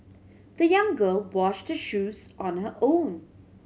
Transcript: the young girl washed her shoes on her own